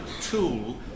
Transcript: tool